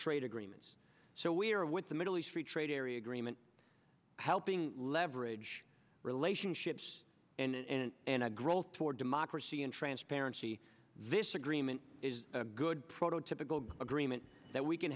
trade agreements so we are with the middle east free trade area agreement helping leverage relationships and integral toward democracy and transparency this agreement is a good prototypical agreement that we can